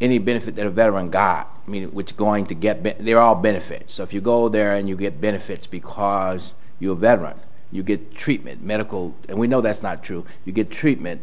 any benefit that a veteran got me which going to get but there are benefits if you go there and you get benefits because you're a veteran you get treatment medical and we know that's not true you get treatment